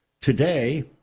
today